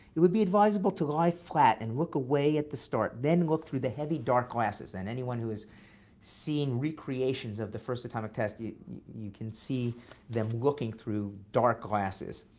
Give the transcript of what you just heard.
it would be advisable to lie flat and look away at the start, then look through the heavy dark glasses. and anyone who is seeing recreations of the first atomic test, you you can see them looking through dark glasses,